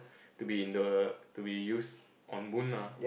to be in the to be used on moon ah